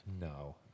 No